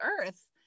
earth